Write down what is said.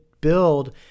build